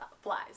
flies